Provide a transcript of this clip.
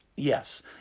Yes